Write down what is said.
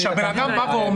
כשאדם אומר